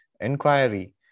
inquiry